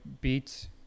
beats